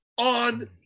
on